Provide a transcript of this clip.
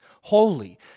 holy